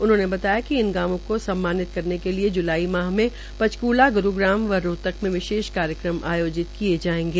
उन्होंने बताया कि इन गावों को सम्मानित करने के लिए ज्लाई माह में पंचकूला ग्रूग्राम व रोहतक में विशेष कार्यक्रम आयोजित किये जायेंगे